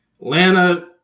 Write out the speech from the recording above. Atlanta